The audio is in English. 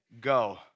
go